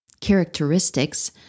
characteristics